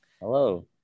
Hello